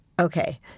Okay